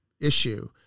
issue